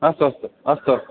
अस्तु अस्तु अस्तु अस्तु